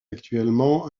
actuellement